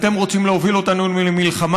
אתם רוצים להוביל אותנו למלחמה?